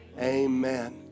amen